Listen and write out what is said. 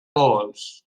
vols